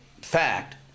fact